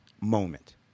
moment